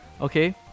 okay